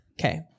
Okay